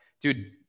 dude